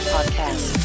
Podcast